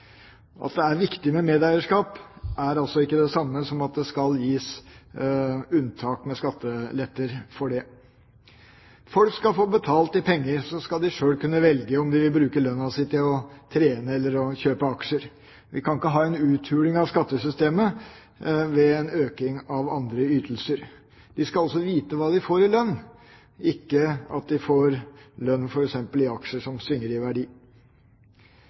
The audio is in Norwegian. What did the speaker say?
At det er viktig med medeierskap, er altså ikke det samme som at det skal gis unntak med skatteletter for det. Folk skal få betalt i penger, så skal de sjøl kunne velge om de vil bruke lønna si til å trene eller å kjøpe aksjer. Vi kan ikke ha en uthuling av skattesystemet ved en økning av andre ytelser. Folk skal vite hva de får i lønn, ikke at de får lønn f.eks. i aksjer som svinger i verdi.